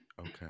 Okay